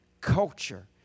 Culture